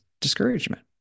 discouragement